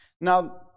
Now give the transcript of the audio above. Now